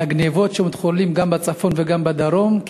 מהגנבות המתחוללות גם בצפון וגם בדרום,